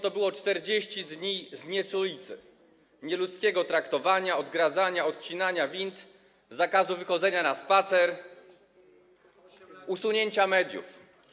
To było 40 dni znieczulicy, nieludzkiego traktowania, odgradzania, odcinania wind, zakazu wychodzenia na spacer, usunięcia mediów.